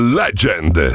legend